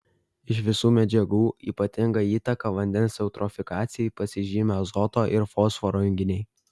iš visų medžiagų ypatinga įtaka vandens eutrofikacijai pasižymi azoto ir fosforo junginiai